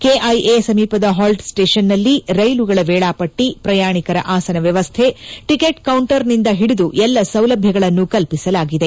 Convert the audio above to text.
KIA ಸಮೀಪದ halt station ನಲ್ಲಿ ರೈಲುಗಳ ವೇಳಾಪಟ್ಟಿ ಪ್ರಯಾಣಿಕರ ಆಸನ ವ್ಯವಸ್ಥೆ ಟಿಕೆಟ್ ಕೌಂಟರ್ ನಿಂದ ಹಿಡಿದು ಎಲ್ಲ ಸೌಲಭ್ಯಗಳನ್ನು ಕಲ್ಪಿಸಲಾಗಿದೆ